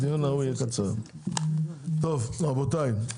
טוב, רבותיי,